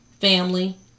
family